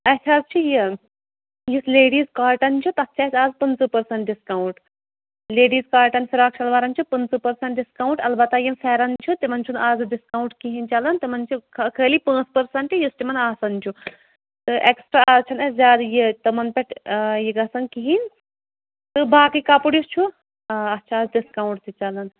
اَسہِ حظ چھِ یہِ یُس لیڈیٖز کاٹَن چھُ تَتھ چھِ اَسہِ آز پٕنٛژٕ پٔرسَنٛٹ ڈِسکاوُنٛٹ لیڈیٖز کاٹَن فِراق شَلوارَن چھِ پٕنٛژٕ پٕرسَنٛٹ ڈِسکاوُنٛٹ البتہ یِم پھٮ۪ران چھِ تِمَن چھُنہٕ آز ڈِسکاوُنٛٹ کِہیٖنۍ چَلان تِمن چھِ خٔ خٲلی پانٛژھ پٔرسَنٛٹ یُس تِمَن آسان چھُ تہٕ ایکٕسٹرٛا آز چھَنہٕ اَسہِ زیادٕ یہِ تٕمَن پٮ۪ٹھ یہِ گژھان کِہیٖنۍ تہٕ باقٕے کَپُر یُس چھُ اَتھ چھِ آز ڈِسکاوُنٛٹ تہِ چَلان